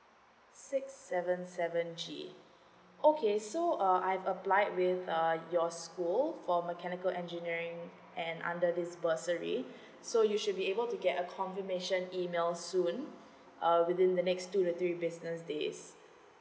six seven seven G okay so uh I've applied with uh your school for mechanical engineering and under this bursary so you should be able to get a confirmation email soon uh within the next to the three business days